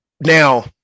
Now